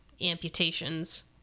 amputations